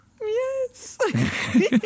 Yes